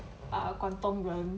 part of kampung-glam